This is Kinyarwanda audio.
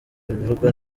bivugwa